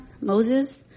Moses